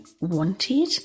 wanted